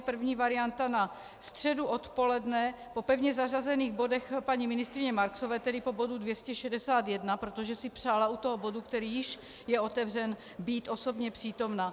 První varianta na středu odpoledne po pevně zařazených bodech paní ministryně Marksové, tedy po bodu 261, protože si přála u toho bodu, který již je otevřen, být osobně přítomna.